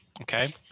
Okay